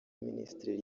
minisitiri